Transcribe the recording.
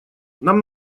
нам